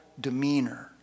demeanor